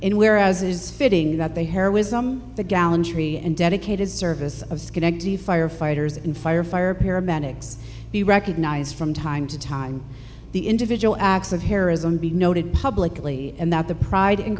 in whereas it is fitting that they heroism the gallantry and dedicated service of schenectady firefighters and fire fire paramedics we recognize from time to time the individual acts of heroism be noted publicly and that the pride